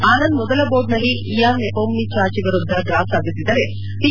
ಆನಂದ್ ಮೊದಲ ಬೋರ್ಡ್ ನಲ್ಲಿ Ian Nepomniachtchi ವಿರುದ್ಧ ಡ್ರಾ ಸಾಧಿಸಿದರೆ ಪಿ